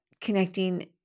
connecting